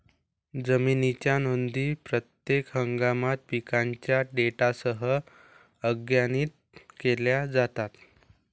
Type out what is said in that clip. जमिनीच्या नोंदी प्रत्येक हंगामात पिकांच्या डेटासह अद्यतनित केल्या जातात